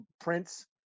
prince